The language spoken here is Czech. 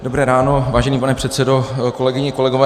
Dobré ráno, vážený pane předsedo, kolegyně, kolegové.